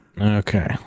Okay